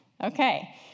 Okay